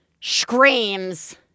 screams